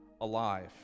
alive